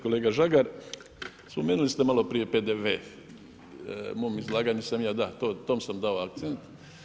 Kolega Žagar, spomenuli ste maloprije PDV, u mom izlaganju sam ja da, tom sam dao akcent.